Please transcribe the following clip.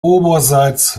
oberseits